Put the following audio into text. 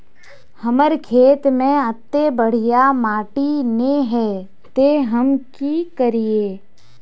हमर खेत में अत्ते बढ़िया माटी ने है ते हम की करिए?